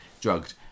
Drugged